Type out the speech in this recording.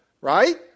Right